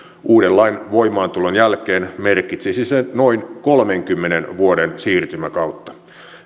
uuden lain voimaantulon jälkeen merkitsisi se noin kolmenkymmenen vuoden siirtymäkautta